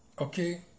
okay